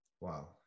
wow